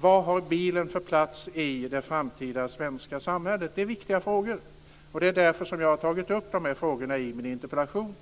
Vad har bilen för plats i det framtida svenska samhället? Det är viktiga frågor, och det är därför jag har tagit upp dem i min interpellation.